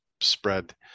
spread